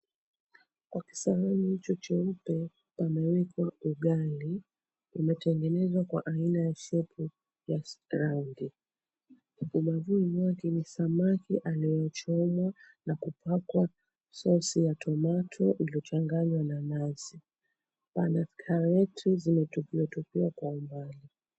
Kwa kisahani hicho cheupe pamewekwa ugali imetengenezwa kwa aina ya shepu ya raundi. Ubavuni mwake ni samaki anayechomwa na kupakwa sosi ya tomato iliochanganywa na nazi. Pana karoti zimetupiwatupiwa kwa umbali.